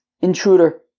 intruder